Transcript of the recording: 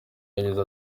yagize